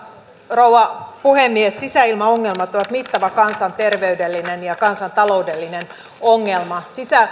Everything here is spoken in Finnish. rouva puhemies sisäilmaongelmat ovat mittava kansanterveydellinen ja kansantaloudellinen ongelma